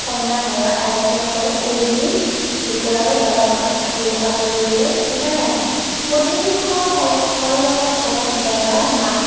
কইনা ঘৰৰ আয়তীসকলে উৰুলি জোকোৰাৰে দৰা ঘৰক আদি আদৰিবলৈ ওলাই আহে পদূলিমুখৰ কল কলগছৰ তলত দৰাৰ মাক